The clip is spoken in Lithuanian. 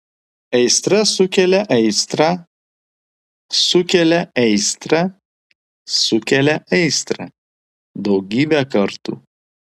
aistra sukelia aistrą sukelia aistrą sukelia aistrą daugybę kartų